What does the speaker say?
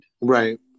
Right